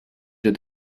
did